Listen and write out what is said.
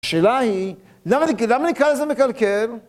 השאלה היא, למה נקרא לזה מקלקר?